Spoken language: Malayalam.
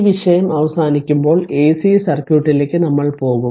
ഈ വിഷയം അവസാനിക്കുമ്പോൾ എസി സർക്യൂട്ടിലേക്ക് നമ്മൾ പോകും